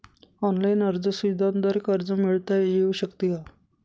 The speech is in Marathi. ऑनलाईन अर्ज सुविधांद्वारे कर्ज मिळविता येऊ शकते का?